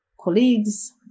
colleagues